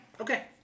Okay